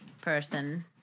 person